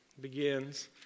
begins